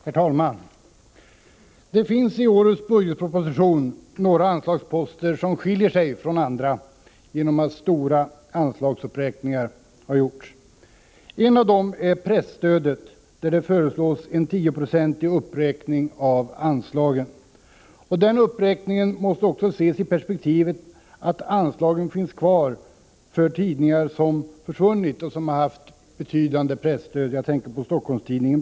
Herr talman! I årets budgetproposition förekommer några anslagsposter, som skiljer sig från andra genom att stora anslagsuppräkningar har gjorts. En av dem är presstödet, där det föreslås en 10-procentig uppräkning av anslagen. Den uppräkningen måste också ses i perspektivet att anslagen finns kvar för tidningar som har försvunnit och som har haft betydande presstöd. Jag tänker bl.a. på Stockholms-Tidningen.